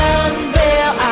unveil